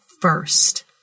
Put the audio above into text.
first